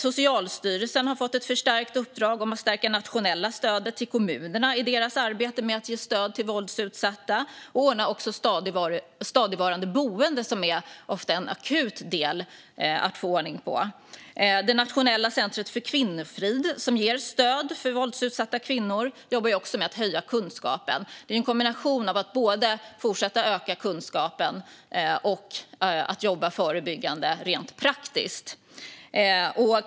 Socialstyrelsen har fått ett förstärkt uppdrag om att stärka det nationella stödet till kommunerna i deras arbete med att ge stöd till våldsutsatta och ordna stadigvarande boende, som ofta är en akut del att få ordning på. Nationellt centrum för kvinnofrid ger stöd för våldsutsatta kvinnor, och de jobbar också för att höja kunskapen. Det är fråga om en kombination att både fortsätta att öka kunskapen och att jobba förebyggande rent praktiskt.